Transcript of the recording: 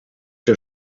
der